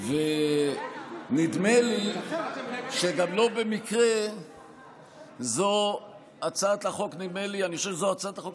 ונדמה לי שגם לא במקרה אני חושב שזאת הצעת החוק